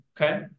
Okay